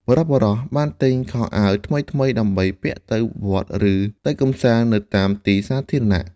បុរសៗបានទិញខោអាវថ្មីៗដើម្បីពាក់ទៅវត្តឬទៅកម្សាន្តនៅតាមទីសាធារណៈ។